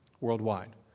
worldwide